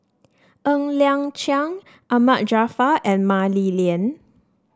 Ng Liang Chiang Ahmad Jaafar and Mah Li Lian